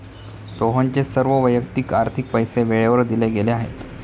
सोहनचे सर्व वैयक्तिक आर्थिक पैसे वेळेवर दिले गेले आहेत